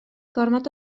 gormod